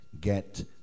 get